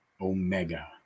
Omega